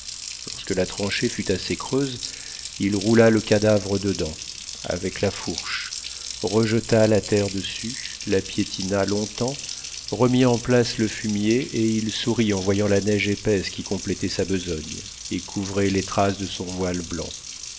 lorsque la tranchée fut assez creuse il roula le cadavre dedans avec la fourche rejeta la terre dessus la piétina longtemps remit en place le fumier et il sourit en voyant la neige épaisse qui complétait sa besogne et couvrait les traces de son voile blanc